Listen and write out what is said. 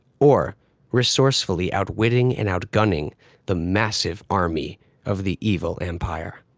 or resourcefully outwitting and outgunning the massive army of the evil empire.